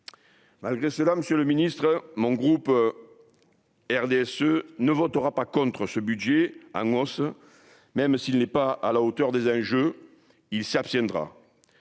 malgré cela, Monsieur le Ministre, mon groupe RDSE ne votera pas contre ce budget Amos, même s'il n'est pas à la hauteur des enjeux, il s'abstiendra,